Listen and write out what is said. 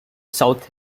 south